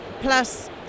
plus